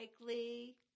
likely